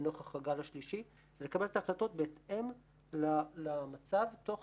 הגל השלישי ולקבל את החלטות בהתאם למצב תוך